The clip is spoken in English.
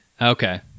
Okay